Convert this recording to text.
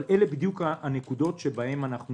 אבל אלה בדיוק הנקודות החשובות.